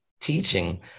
teaching